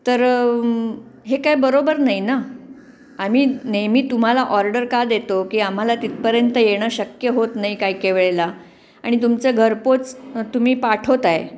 तर हे काय बरोबर नाही ना आम्ही नेहमी तुम्हाला ऑर्डर का देतो की आम्हाला तिथपर्यंत येणं शक्य होत नाही काय काही वेळेला आणि तुमचं घरपोच तुम्ही पाठवताय